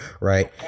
right